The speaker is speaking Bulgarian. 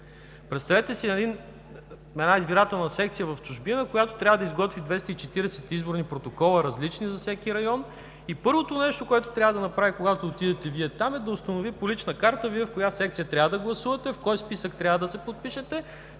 Представете си една избирателна секция в чужбина, която трябва да изготви 240 изборни протокола – различни за всеки район, и първото нещо, което трябва да направи, когато Вие отидете там, е да установи по лична карта Вие в коя секция трябва да гласувате, в кой списък трябва да се подпишете,